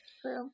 True